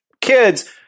kids